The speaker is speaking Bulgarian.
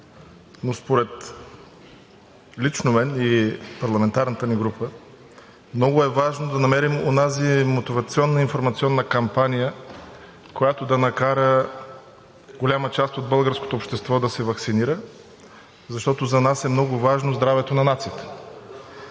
но според мен лично и парламентарната ни група, много е важно да намерим онази мотивационна и информационна кампания, която да накара голяма част от българското общество да се ваксинира, защото за нас е много важно здравето на нацията.